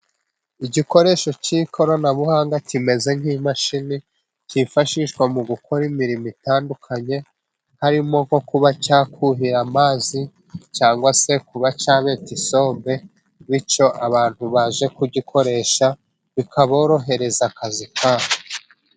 Igikoresho cy'ikoranabuhanga kimeze nk'imashini, cyifashishwa mu gukora imirimo itandukanye, harimo nko kuba cyakuhira amazi cyangwa se kuba cyabeta isombe, bityo abantu baje kugikoresha bikaborohereza akazi ka bo.